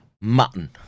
mutton